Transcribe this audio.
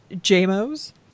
J-Mo's